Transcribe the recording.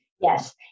Yes